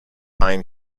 pine